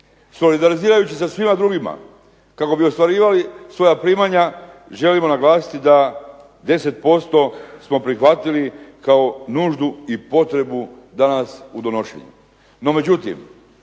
Solidarizirajući se sa svima drugima kako bi ostvarili svoja primanja želimo naglasiti da 10% smo prihvatili kao nužnu i potrebu danas u donošenju.